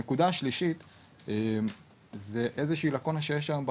הנקודה השלישית זו איזו שהיא לקונה שיש היום בחוק.